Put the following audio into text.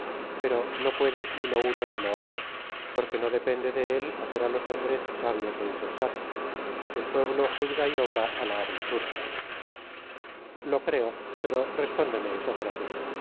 pero no puede ni lo uno ni lo otro porque no depende de él hacer á los hombres sabios ó insensatos el pueblo juzga y obra á la aventara lo creo pero respóndeme sócrates